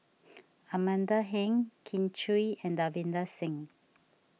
Amanda Heng Kin Chui and Davinder Singh